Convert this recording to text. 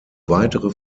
weitere